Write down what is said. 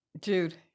Jude